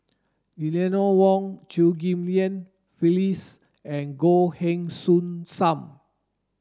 Eleanor Wong Chew Ghim Lian Phyllis and Goh Heng Soon Sam